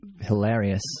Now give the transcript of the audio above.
hilarious